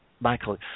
michael